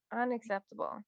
unacceptable